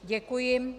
Děkuji.